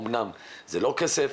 אמנם זה לא כסף,